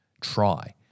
try